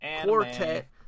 Quartet